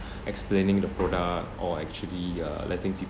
explaining the product or actually uh letting